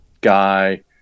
guy